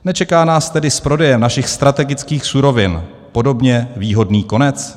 Nečeká nás tedy s prodejem našich strategických surovin podobně výhodný konec?